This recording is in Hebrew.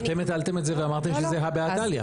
אתם הטלתם את זה ואמרת שזה הא בהא תליא.